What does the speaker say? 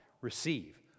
receive